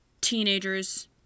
teenagers